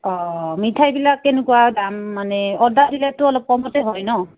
অঁ মিঠাইবিলাক কেনেকুৱা দাম মানে অৰ্ডাৰ বিলাকতো অলপ কমতে হয় ন